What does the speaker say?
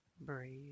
breathe